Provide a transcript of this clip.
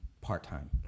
part-time